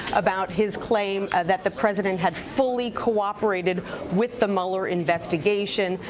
about his claim that the president had fully cooperated with the muller investigation.